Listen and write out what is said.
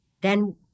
then-